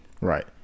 Right